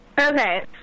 Okay